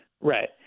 Right